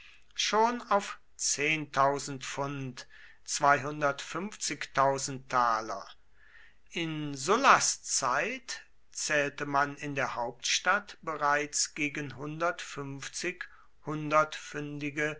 schon auf in sullas zeit zählte man in der hauptstadt bereits gegen